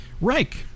Reich